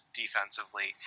defensively